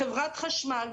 חברת החשמל,